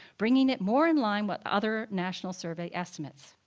bringing it more in line with other national survey estimates.